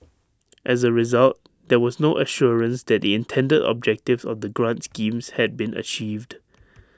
as A result there was no assurance that the intended objectives of the grant schemes had been achieved